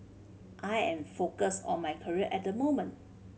I am focused on my career at the moment